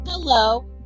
Hello